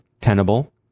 Tenable